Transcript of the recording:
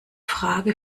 frage